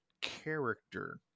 character